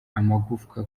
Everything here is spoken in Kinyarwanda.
amagufwa